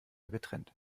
getrennt